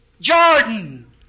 Jordan